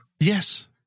Yes